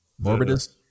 Morbidus